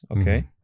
okay